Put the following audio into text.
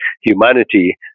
humanity